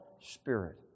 Spirit